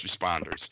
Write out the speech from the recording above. responders